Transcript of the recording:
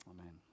Amen